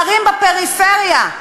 ערים בפריפריה.